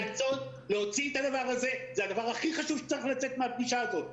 זה הדבר הכי חשוב שצריך לצאת מהפגישה הזאת,